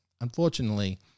unfortunately